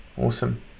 Awesome